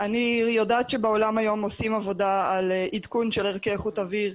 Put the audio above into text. אני יודעת שבעולם היום עושים עבודה על עדכון של ערכי איכות אוויר.